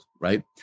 right